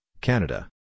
Canada